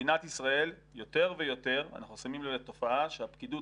במדינת ישראל יותר ויותר אנחנו שמים לב לתופעה שהפקידות,